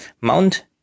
Mount